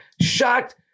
shocked